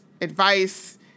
advice